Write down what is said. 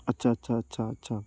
আচ্ছা আচ্ছা আচ্ছা আচ্ছা